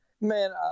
Man